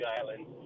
Island